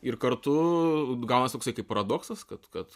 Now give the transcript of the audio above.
ir kartu gaunasi toksai kaip paradoksas kad kad